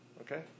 Okay